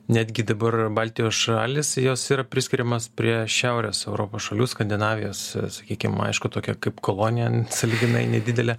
netgi dabar baltijos šalys jos yra priskiriamas prie šiaurės europos šalių skandinavijos sakykim aišku tokia kaip kolonija sąlyginai nedidelė